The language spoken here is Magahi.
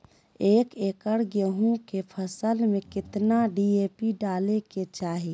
एक एकड़ गेहूं के फसल में कितना डी.ए.पी डाले के चाहि?